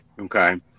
Okay